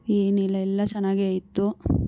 ಏನಿಲ್ಲ ಎಲ್ಲ ಚೆನ್ನಾಗೇ ಇತ್ತು